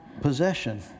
possession